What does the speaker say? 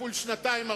כפול שנתיים,